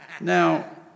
Now